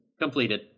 completed